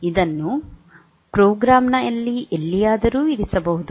ಇದನ್ನು ಪ್ರೋಗ್ರಾಂನಲ್ಲಿ ಎಲ್ಲಿಯಾದರೂ ಇರಿಸಬಹುದು